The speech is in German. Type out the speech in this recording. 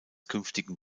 künftigen